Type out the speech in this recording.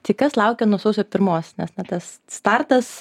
tai kas laukia nuo sausio pirmos nes na tas startas